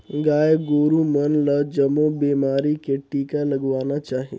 गाय गोरु मन ल जमो बेमारी के टिका लगवाना चाही